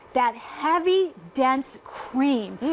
that heavy dense cream.